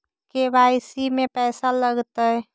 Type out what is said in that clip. KYC में पैसा लगतै?